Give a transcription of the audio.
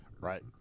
right